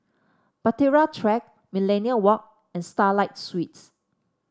Bahtera Track Millenia Walk and Starlight Suites